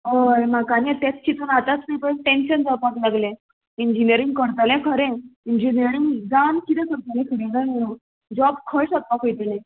हय म्हाका आनी आतां तेच चिंतून आतांच इपय टेंशन जावपाक लागलें इंजिनियरींग करतलें खरें इंजिनियरींग जावन कितें करतलें फुडें काय म्हणून जॉब खंय सोदपाक वयतलें